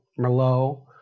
Merlot